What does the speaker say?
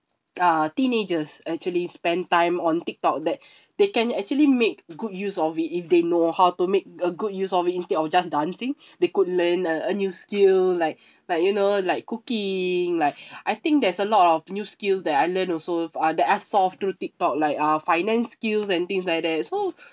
uh teenagers actually spend time on TikTok that they can actually make good use of it if they know how to make a good use of it instead of just dancing they could learn a a new skill like like you know like cooking like I think there's a lot of new skill that I learn also uh that I sourced through TikTok like uh finance skills and things like that so